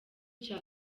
cya